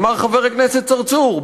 אמר חבר הכנסת צרצור,